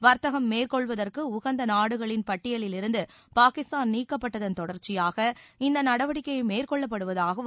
வர்த்தக் மேற்கொள்வதற்கு உகந்த நாடுகளின் பட்டியலிலிருந்து பாகிஸ்தான் நீக்கப்பட்டதின் தொடர்ச்சியாக இந்த நடவடிக்கை மேற்கொள்ளப்படுவதாகவும்